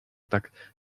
tak